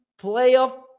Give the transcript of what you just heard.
playoff